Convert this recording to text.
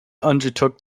undertook